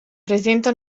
presenta